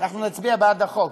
אנחנו נצביע בעד החוק.